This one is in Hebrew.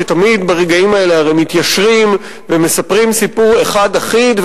שתמיד ברגעים האלה הרי מתיישרים ומספרים סיפור אחד אחיד,